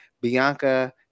Bianca